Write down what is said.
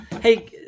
Hey